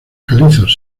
calizos